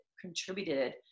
contributed